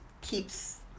keeps